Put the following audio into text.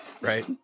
Right